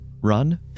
Run